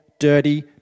dirty